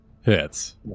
hits